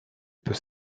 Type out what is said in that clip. put